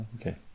okay